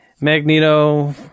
Magneto